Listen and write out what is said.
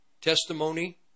testimony